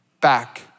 Back